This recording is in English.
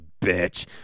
bitch